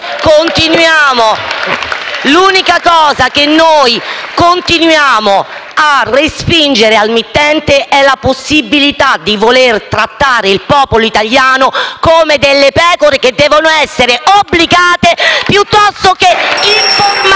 Gruppo**PD).* L'unica cosa che noi continuiamo a respingere al mittente è la possibilità di voler trattare gli italiani come delle pecore che devono essere obbligate piuttosto che informate.